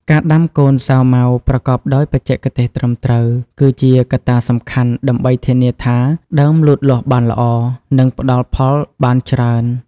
ការដាំកូនសាវម៉ាវប្រកបដោយបច្ចេកទេសត្រឹមត្រូវ គឺជាកត្តាសំខាន់ដើម្បីធានាថាដើមលូតលាស់បានល្អ និងផ្ដល់ផលបានច្រើន។